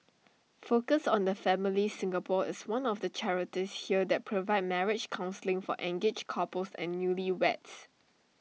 focus on the family Singapore is one of the charities here that provide marriage counselling for engaged couples and newly weds